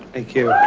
thank you.